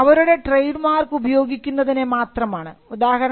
തടയുന്നത് അവരുടെ ട്രേഡ്മാർക്ക് ഉപയോഗിക്കുന്നതിനെ മാത്രമാണ്